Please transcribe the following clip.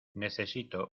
necesito